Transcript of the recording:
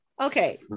Okay